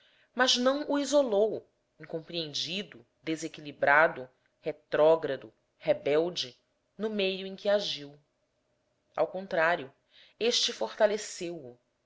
mas não o isolou incompreendido desequilibrado retrógrado rebelde no meio em que agiu ao contrário este fortaleceu o